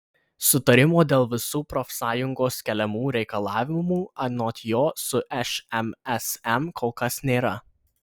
sutarimo dėl visų profsąjungos keliamų reikalavimų anot jo su šmsm kol kas nėra